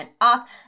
off